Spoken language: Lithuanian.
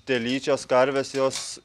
telyčios karvės jos